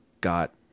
got